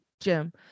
Jim